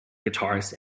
guitarist